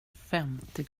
femtio